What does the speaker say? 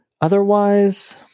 Otherwise